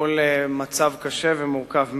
מול מצב קשה ומורכב מאוד.